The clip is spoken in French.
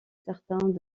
certains